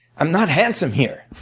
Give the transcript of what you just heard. i'm not handsome here.